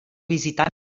visitant